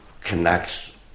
connects